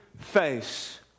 face